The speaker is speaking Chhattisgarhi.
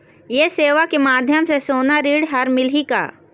ये सेवा के माध्यम से सोना ऋण हर मिलही का?